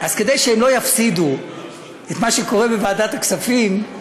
אז כדי שהם לא יפסידו את מה שקורה בוועדת הכספים,